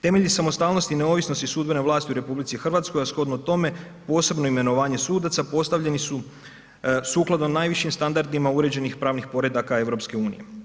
Temelji samostalnosti i neovisnosti sudbene vlasti u RH, a shodno tome posebno imenovanje sudaca postavljeni su sukladno najvišim standardima uređenih pravnih poredaka EU.